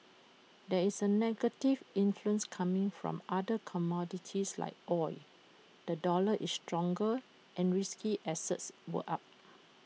there is A negative influence coming from other commodities like oil the dollar is stronger and risky assets are up